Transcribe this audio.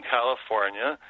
California